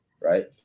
right